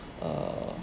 err